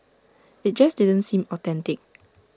IT just didn't seem authentic